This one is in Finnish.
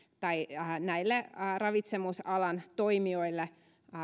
tai ravitsemisalan toimijoille